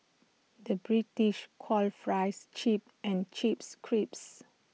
the British calls fries chip and Chips Crisps